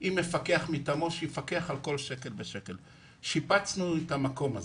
עם מפקח מטענו שיפקח על כל שקל ושיפצנו את המקום.